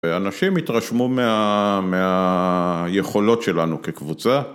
אה... אנשים התרשמו מה-מה...יכולות שלנו כקבוצה.